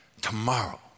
Tomorrow